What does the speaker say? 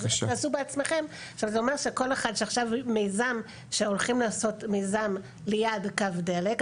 ״תעשו בעצמכם״ אז כל אחד שהולך לעשות מיזם לקו דלק,